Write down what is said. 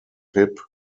hip